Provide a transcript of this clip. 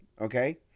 okay